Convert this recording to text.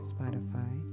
Spotify